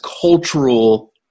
cultural